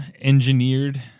engineered